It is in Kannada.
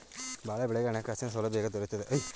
ಬಾಳೆ ಬೆಳೆಗೆ ಹಣಕಾಸಿನ ಸೌಲಭ್ಯ ಹೇಗೆ ದೊರೆಯುತ್ತದೆ?